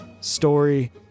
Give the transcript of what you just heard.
story